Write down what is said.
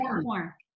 more